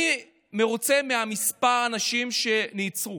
אני מרוצה ממספר האנשים שנעצרו,